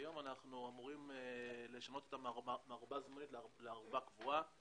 היום אנחנו אמורים לשנות אותה מערובה זמנית לערובה קבועה.